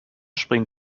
springt